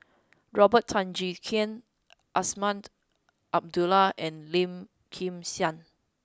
Robert Tan Jee Keng Azman Abdullah and Lim Kim San